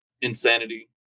insanity